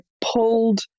pulled